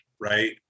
right